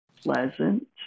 pleasant